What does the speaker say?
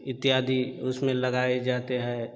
इत्यादि उसमें लगाए जाते हैं